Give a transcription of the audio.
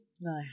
no